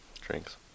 drinks